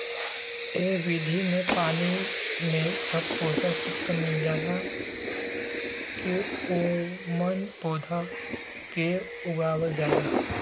एह विधि में पानी में सब पोषक तत्व मिला के ओमन पौधा के उगावल जाला